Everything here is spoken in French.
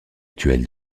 actuel